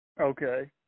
Okay